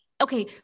Okay